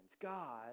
God